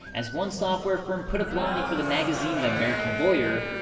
as one software firm put it bluntly for the magazine the american lawyer,